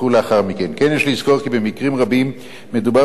כמו כן יש לזכור כי במקרים רבים מדובר